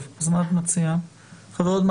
תכינו את הדברים, כמובן, לפני.